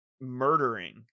murdering